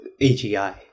AGI